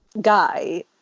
guy